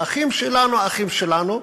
"אחים שלנו", "אחים שלנו", "אחים שלנו",